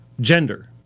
gender